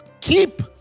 keep